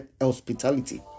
hospitality